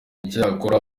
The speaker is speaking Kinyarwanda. icyakora